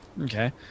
okay